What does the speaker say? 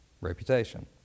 Reputation